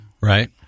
Right